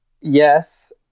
Yes